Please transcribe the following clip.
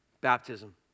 baptism